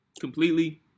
completely